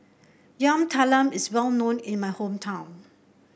Yam Talam is well known in my hometown